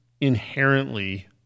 inherently